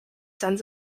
sends